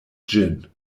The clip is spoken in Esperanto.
ĝin